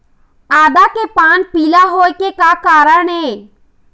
आदा के पान पिला होय के का कारण ये?